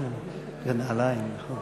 ונעליים, נכון.